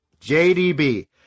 JDB